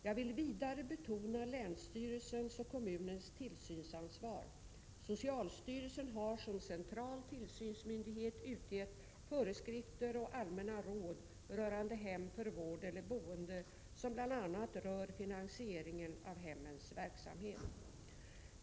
Jag vill vidare betona länsstyrelsens och kommunens tillsynsansvar. Socialstyrelsen har som central tillsynsmyndighet utgett föreskrifter och allmänna råd rörande hem för vård eller boende som bl.a. rör finansieringen av hemmens verksamhet.